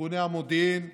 ארגוני המודיעין,